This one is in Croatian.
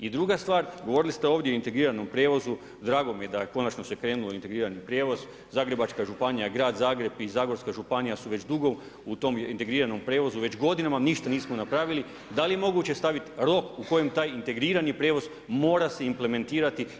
I duga stvar, govorili ste ovdje o integriranom prijevozu, drago mi je da konačno ste krenuli integrirati prijvoz, Zagrebačka županija, Grad Zagreb i Zagorska županija su već dugo u tom integriranom prijevozu, već godinama ništa nismo napravili, da li je moguće staviti rok u kojem taj integrirani prijevoz mora se implementirati